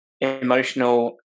emotional